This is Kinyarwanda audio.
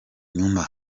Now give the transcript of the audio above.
nyuma